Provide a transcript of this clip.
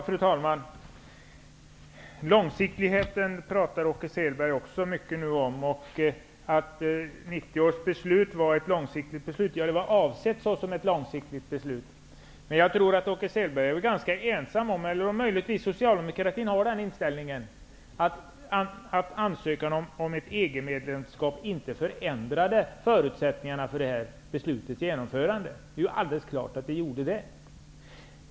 Fru talman! Åke Selberg pratar också mycket om långsiktigheten. 1990 års beslut var avsett att vara ett långsiktigt beslut. Men jag tror att Åke Selberg är ganska ensam om -- eller möjligtvis har Socialdemokraterna den inställningen -- att anse att ansökan om ett medlemskap inte förändrade förutsättningarna för beslutets genomförande. Det är alldeles klart att den gjorde det.